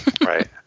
Right